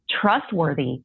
trustworthy